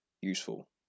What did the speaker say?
useful